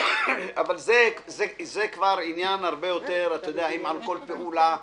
אבל זה כבר עניין הרבה יותר מורכב: האם על כל פעולה,